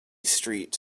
street